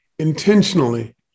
intentionally